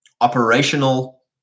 operational